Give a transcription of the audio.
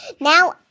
now